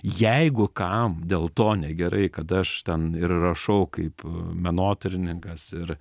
jeigu kam dėl to negerai kad aš ten ir rašau kaip menotyrininkas ir